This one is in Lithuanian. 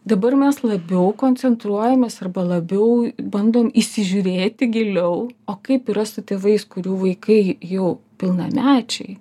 dabar mes labiau koncentruojamės arba labiau bandom įsižiūrėti giliau o kaip yra su tėvais kurių vaikai jau pilnamečiai